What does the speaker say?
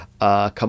Come